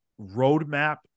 roadmap